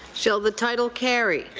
shall the title carry?